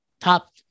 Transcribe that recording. top